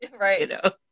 right